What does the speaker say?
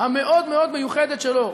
המאוד-מאוד מיוחדת שלו.